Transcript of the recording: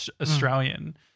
Australian